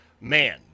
man